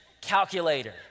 calculator